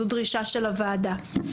זאת דרישה של הוועדה.